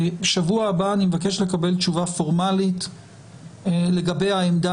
בשבוע הבא אני מבקש לקבל תשובה פורמלית לגבי העמדה